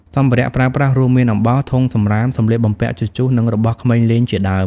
សម្ភារៈប្រើប្រាស រួមមាន អំបោស ធុងសំរាម សម្លៀកបំពាក់ជជុះ និងរបស់ក្មេងលេងជាដើម។